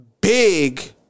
big